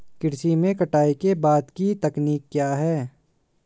कृषि में कटाई के बाद की तकनीक क्या है?